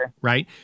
right